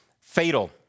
fatal